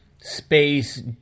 space